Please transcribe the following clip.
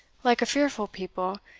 like a fearful people,